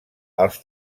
els